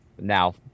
now